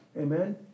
Amen